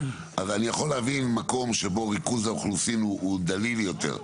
אני יכול להבין מקום שבו ריכוז האוכלוסין הוא דליל יותר.